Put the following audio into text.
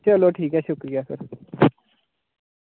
चलो ठीक ऐ शुक्रिया सर